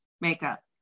makeup